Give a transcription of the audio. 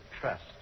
trust